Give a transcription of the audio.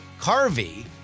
Carvey